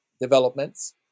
developments